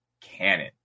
cannon